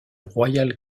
royal